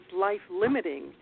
life-limiting